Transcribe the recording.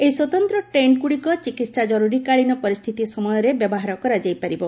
ଏହି ସ୍ୱତନ୍ତ ଟେଣ୍ଟ୍ଗୁଡ଼ିକ ଚିକିତ୍ସା ଜରୁରୀକାଳୀନ ପରିସ୍ଥିତି ସମୟରେ ବ୍ୟବହାର କରାଯାଇପାରିବ